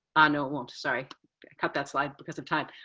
ah no, it won't, sorry. i cut that slide because of time.